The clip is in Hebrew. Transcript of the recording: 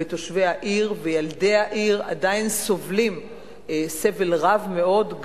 ותושבי העיר וילדי העיר עדיין סובלים סבל רב מאוד,